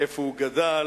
איפה הוא גדל,